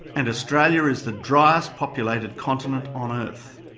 and australia is the driest populated continent on earth.